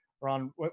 Ron